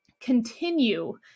continue